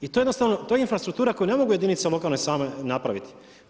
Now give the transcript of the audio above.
I to jednostavno, to je infrastruktura, koje ne mogu jedinice lokalne same napraviti.